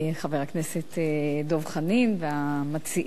חבר הכנסת דב חנין והמציעים,